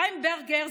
חיים ברגר,